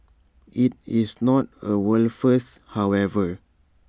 IT is not A world first however